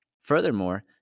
furthermore